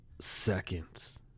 seconds